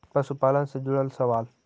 पशुपालन से जुड़ल सवाल?